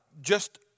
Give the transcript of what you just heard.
just-